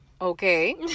Okay